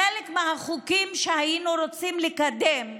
חלק מהחוקים שהיינו רוצים לקדם,